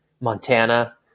Montana